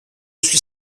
suis